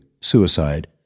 suicide